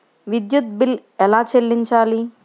విద్యుత్ బిల్ ఎలా చెల్లించాలి?